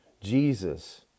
Jesus